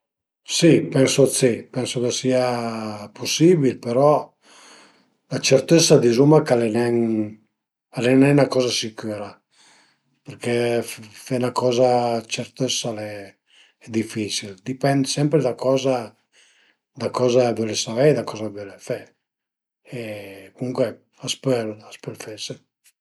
Si pensu d'si, pensu ch'a sia pusibil però la certëssa dizuma ch'al e nen, al e nen 'na coza sicüra perché fe 'na coza certëssa al e dificil, a dipend sempre da coza da coza völe savei, da coza völe fe e comuncue a s'pöl, a s'pöl fese